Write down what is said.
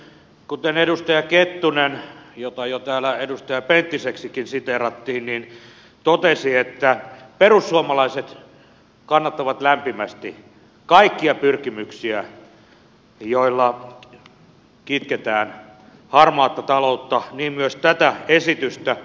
kuten edustaja kettunen jota jo täällä edustaja penttiseksikin siteerattiin totesi perussuomalaiset kannattavat lämpimästi kaikkia pyrkimyksiä joilla kitketään harmaata taloutta niin myös tätä esitystä